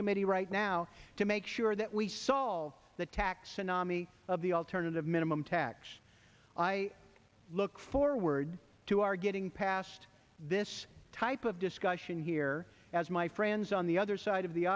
committee right now to make sure that we solve the taxonomic of the alternative minimum tax i look forward to our getting past this type of discussion here as my friends on the other side of the